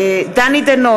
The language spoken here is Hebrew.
(קוראת בשמות חברי הכנסת) דני דנון,